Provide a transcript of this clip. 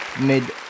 mid-